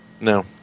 No